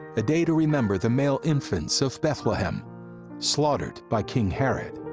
a day to remember the male infants of bethlehem slaughtered by king herod.